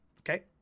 Okay